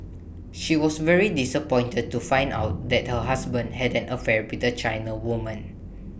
she was very disappointed to find out that her husband had an affair with A China woman